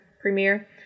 premiere